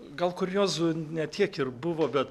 gal kuriozų ne tiek ir buvo bet